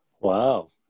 Wow